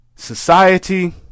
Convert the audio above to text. society